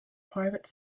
private